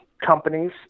companies